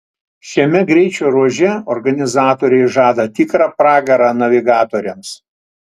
šiame greičio ruože organizatoriai žada tikrą pragarą navigatoriams